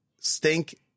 stink